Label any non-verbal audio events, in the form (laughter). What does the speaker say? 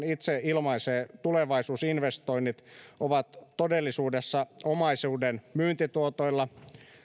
(unintelligible) itse ilmaisee tulevaisuusinvestoinnit ovat todellisuudessa omaisuudenmyyntituotoilla